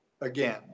again